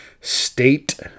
state